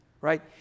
right